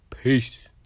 Peace